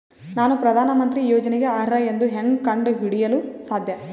ನಾನು ಪ್ರಧಾನ ಮಂತ್ರಿ ಯೋಜನೆಗೆ ಅರ್ಹ ಎಂದು ಹೆಂಗ್ ಕಂಡ ಹಿಡಿಯಲು ಸಾಧ್ಯ?